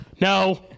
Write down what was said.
No